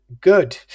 good